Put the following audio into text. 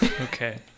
Okay